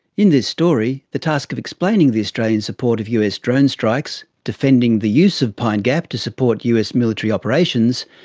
in this story, the task of explaining the australian support of us drone strikes, defending the use of pine gap to support us military operations,